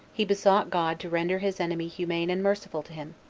he besought god to render his enemy humane and merciful to him.